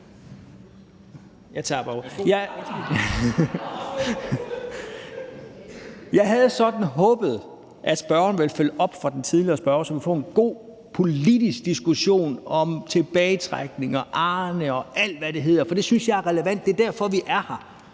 Jeg havde sådan håbet, at spørgeren ville følge op på den tidligere spørger, så vi kunne få en god politisk diskussion om tilbagetrækning, Arnepension, og hvad det nu hedder, for det synes jeg er relevant og derfor, vi er her.